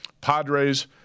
Padres